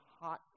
hot